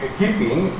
keeping